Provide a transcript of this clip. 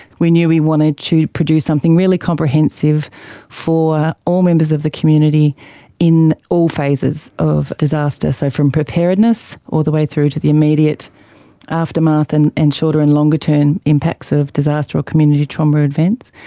we knew we wanted to produce something really comprehensive for all members of the community in all phases of disaster, so from preparedness all the way through to the immediate aftermath and and shorter and longer term impacts of disaster or community trauma events,